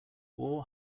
war